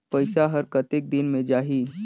पइसा हर कतेक दिन मे जाही?